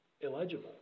illegible